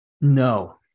No